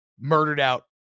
murdered-out